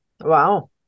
wow